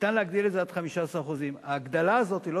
ניתן להגדיל את זה עד 15%. ההגדלה הזאת לא